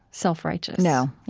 self-righteous no.